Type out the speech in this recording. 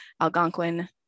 Algonquin